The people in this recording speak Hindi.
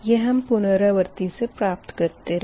यह हम पुनरावर्ती से प्राप्त करते है